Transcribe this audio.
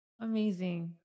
amazing